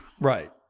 Right